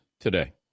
today